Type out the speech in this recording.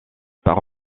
par